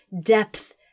depth